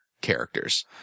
characters